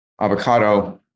avocado